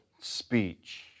speech